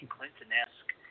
Clinton-esque